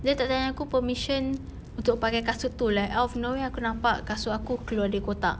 dia tak tanya aku permission untuk pakai kasut itu like out of nowhere aku nampak kasut aku keluar dari kotak